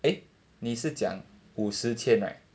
eh 你是讲五十千 right